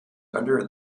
under